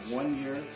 one-year